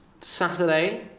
Saturday